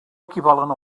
equivalen